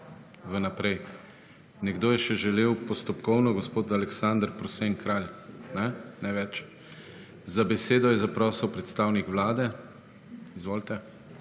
v naprej. nekdo je še želel postopkovno. Gospod Aleksander Prosen Kralj. Ne več. Za besedo je zaprosil predstavnik Vlade. Izvolite.